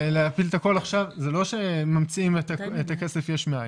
ולהפיל את הכול עכשיו זה לא שממציאם את הכסף יש מאין.